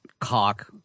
cock